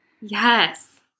Yes